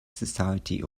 society